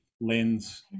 lens